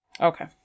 okay